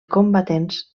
combatents